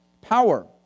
Power